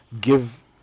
give